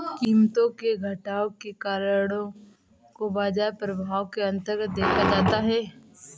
कीमतों में घटाव के कारणों को बाजार प्रभाव के अन्तर्गत देखा जाता है